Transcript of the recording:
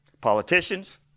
Politicians